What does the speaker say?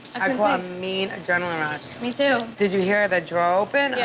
mean adrenalin rush. me too. did you hear the drawer open? yeah